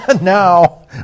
Now